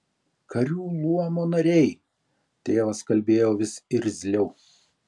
karių luomo nariai tėvas kalbėjo vis irzliau